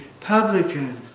publican